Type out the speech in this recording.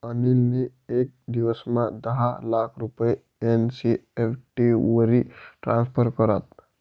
अनिल नी येक दिवसमा दहा लाख रुपया एन.ई.एफ.टी वरी ट्रान्स्फर करात